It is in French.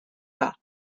pas